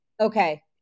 Okay